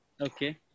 Okay